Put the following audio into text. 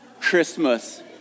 Christmas